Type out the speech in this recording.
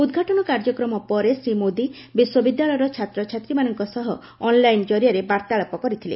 ଉଦ୍ଘାଟନ କାର୍ଯ୍ୟକ୍ରମ ପରେ ଶ୍ରୀ ମୋଦୀ ବିଶ୍ୱବିଦ୍ୟାଳୟର ଛାତ୍ରଛାତ୍ରୀମାନଙ୍କ ସହ ଅନ୍ଲାଇନ୍ ଜରିଆରେ ବାର୍ତ୍ତାଳାପ କରିଥିଲେ